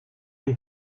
une